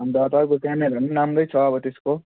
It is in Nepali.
अन्त अब तपाईँको क्यामरा पनि राम्रै छ अब त्यसको